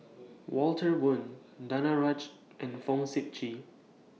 Walter Woon Danaraj and Fong Sip Chee